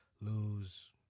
lose